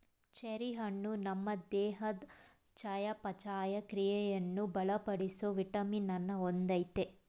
cherry ಹಣ್ಣು ನಮ್ ದೇಹದ್ ಚಯಾಪಚಯ ಕ್ರಿಯೆಯನ್ನು ಬಲಪಡಿಸೋ ವಿಟಮಿನ್ ಅನ್ನ ಹೊಂದಯ್ತೆ